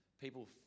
people